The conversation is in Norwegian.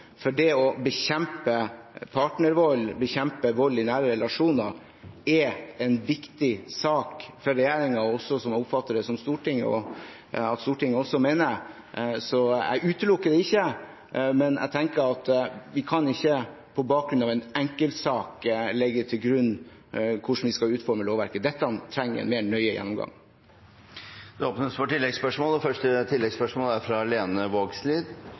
for å bekjempe partnervold og bekjempe vold i nære relasjoner er en viktig sak for regjeringen og også, slik jeg oppfatter det, for Stortinget. Så jeg utelukker det ikke, men jeg tenker at vi kan ikke på bakgrunn av en enkeltsak legge til grunn hvordan vi skal utforme lovverket. Dette trenger en mer nøye gjennomgang. Det åpnes for oppfølgingsspørsmål – først Lene Vågslid. Justisministeren seier at regjeringa tek vald i nære relasjonar på alvor. Då er